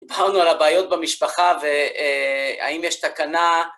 דיברנו על הבעיות במשפחה, והאם יש תקנה.